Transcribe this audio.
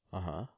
(uh huh)